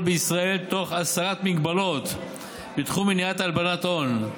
בישראל תוך הסרת מגבלות בתחום מניעת הלבנת הון.